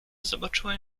zobaczyłem